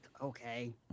Okay